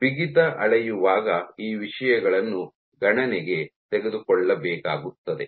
ಬಿಗಿತ ಅಳೆಯುವಾಗ ಈ ವಿಷಯಗಳನ್ನು ಗಣನೆಗೆ ತೆಗೆದುಕೊಳ್ಳಬೇಕಾಗುತ್ತದೆ